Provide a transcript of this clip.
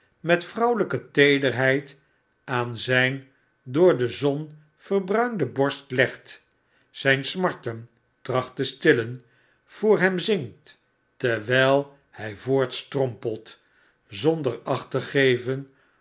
met vrouwelgke teederheid aan zijn door de zon verbruinde borst legt zjjn smarten tracht te stillen voor hem zingt terwtjl hy voortstrompelt zonder acht te geven